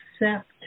accept